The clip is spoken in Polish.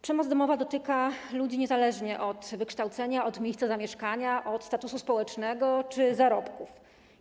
Przemoc domowa dotyka ludzi niezależnie od wykształcenia, miejsca zamieszkania, statusu społecznego czy zarobków.